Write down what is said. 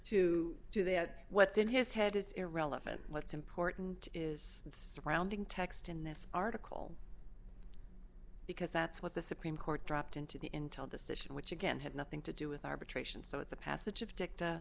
to do that what's in his head is irrelevant what's important is that surrounding text in this article because that's what the supreme court dropped into the intel decision which again had nothing to do with arbitration so it's a passage of dic